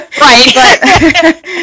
Right